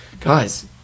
guys